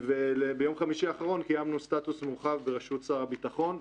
וביום חמישי האחרון קיימנו סטטוס מורחב בראשות שר הביטחון.